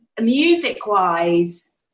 music-wise